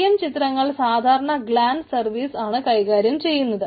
V M ചിത്രങ്ങൾ സാധാരണ Glance സർവീസാണ് കൈകാര്യം ചെയ്യുന്നത്